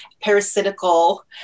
parasitical